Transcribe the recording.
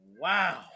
wow